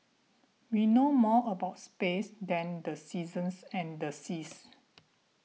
we know more about space than the seasons and the seas